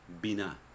Bina